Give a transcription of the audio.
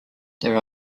there